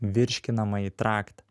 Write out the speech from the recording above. virškinamąjį traktą